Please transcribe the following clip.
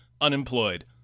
unemployed